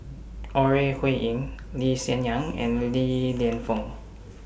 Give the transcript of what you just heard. Ore Huiying Lee Hsien Yang and Li Lienfung